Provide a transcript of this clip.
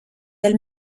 elle